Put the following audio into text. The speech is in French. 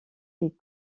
est